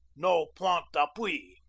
no point d'appui.